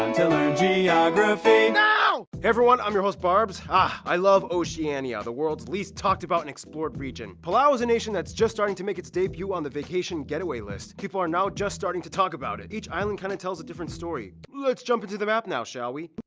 um to learn geography now! everyone, i'm your host barbs ah i love oceania. the world's least talked about an explored region. palau is a nation that's just starting to make its debut on the vacation getaway list. people are now just starting to talk about it. each island kind of tells a different story. let's jump into the map now, shall we?